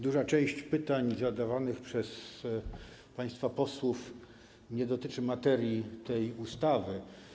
Duża część pytań zadawanych przez państwa posłów nie dotyczy materii tej ustawy.